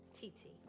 Titi